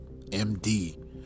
md